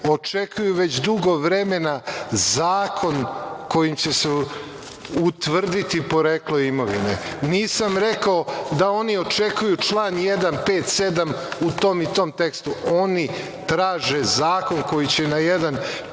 očekuju već dugo vremena zakon kojim će se utvrditi poreklo imovine, nisam rekao da oni očekuju član 1, 5, 7. u tom i tom tekstu oni traže zakon koji će na jedan